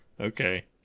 okay